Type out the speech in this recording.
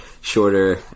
shorter